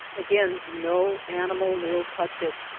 again no animal will touch it.